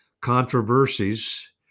controversies